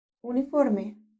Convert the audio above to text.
uniforme